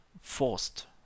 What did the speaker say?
forced